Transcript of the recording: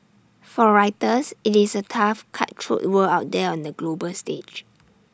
for writers IT is A tough cutthroat world out there on the global stage